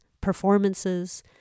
performances